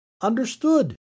understood